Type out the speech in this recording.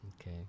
Okay